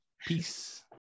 Peace